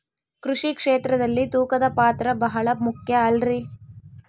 ಕೃಷಿ ಕ್ಷೇತ್ರದಲ್ಲಿ ತೂಕದ ಪಾತ್ರ ಬಹಳ ಮುಖ್ಯ ಅಲ್ರಿ?